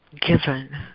given